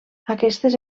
aquestes